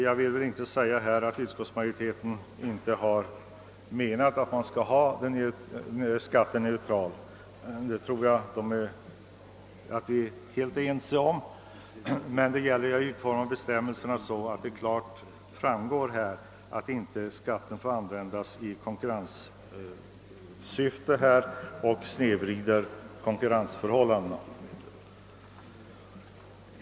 Jag vill inte påstå att utskottsmajoriteten inte har menat att skatten skall vara neutral — det tror jag vi är helt ense om — men det gäller att utforma bestämmelserna så att det klart framgår att skatten inte får användas i konkurrenssyfte och snedvrida konkurrensförhållandena.